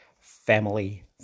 family